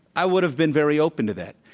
i would have been very open to that.